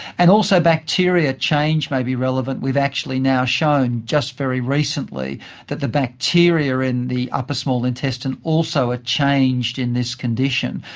and also bacteria change may be relevant. we've actually now shown just very recently that the bacteria in the upper small intestine also had changed in this condition,